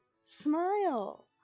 smile